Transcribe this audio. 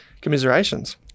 commiserations